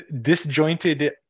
disjointed